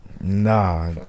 Nah